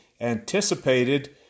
anticipated